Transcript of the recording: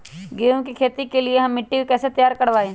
गेंहू की खेती के लिए हम मिट्टी के कैसे तैयार करवाई?